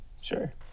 sure